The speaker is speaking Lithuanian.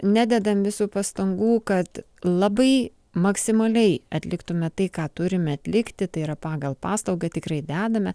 nededam visų pastangų kad labai maksimaliai atliktumėme tai ką turime atlikti tai yra pagal paslaugą tikrai dedame